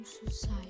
suicide